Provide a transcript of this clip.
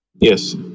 Yes